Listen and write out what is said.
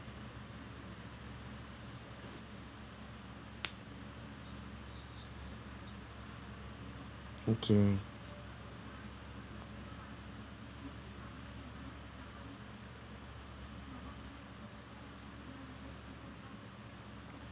okay